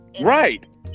Right